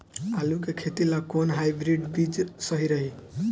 आलू के खेती ला कोवन हाइब्रिड बीज सही रही?